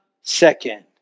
second